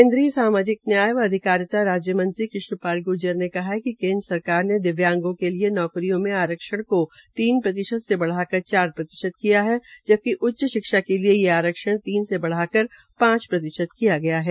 केन्द्रीय सामाजिक न्याय व अधिकारिता राज्य मंत्री कृष्ण पाल गुज्जर ने कहा हे कि केन्द्र सरकार ने दिव्यांगों के लिए नौकरियों में आरक्षण को तीन प्रतिशत से बढ़ाकर चार प्रतिशत किया है जबकि उच्च शिक्षा के लिए ये आरक्षण तीन से बढ़ा कर पांच प्रतिशत किया गया है